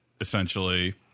essentially